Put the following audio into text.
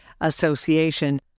Association